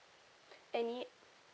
any